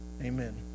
Amen